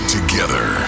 Together